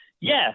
yes